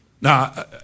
Now